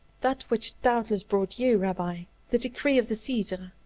that which doubtless brought you, rabbi the decree of the caesar